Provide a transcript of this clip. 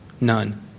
None